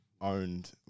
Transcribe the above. owned